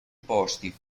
posti